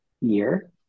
year